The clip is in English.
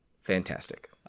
fantastic